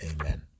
Amen